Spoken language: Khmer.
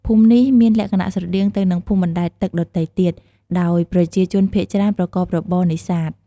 ភូមិនេះមានលក្ខណៈស្រដៀងទៅនឹងភូមិបណ្ដែតទឹកដទៃទៀត ដោយប្រជាជនភាគច្រើនប្រកបរបរនេសាទ។